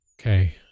Okay